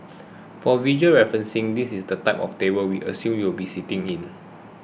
for visual reference this is the type of table we assume you will be sitting in